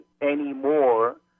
anymore